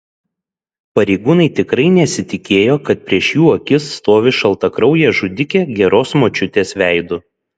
pareigūnai tikrai nesitikėjo kad prieš jų akis stovi šaltakraujė žudikė geros močiutės veidu